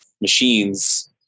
machines